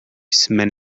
jsme